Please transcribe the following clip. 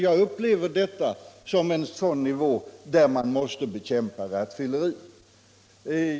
Jag upplever detta som en sådan nivå där man måste bekämpa rattfylleri.